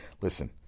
listen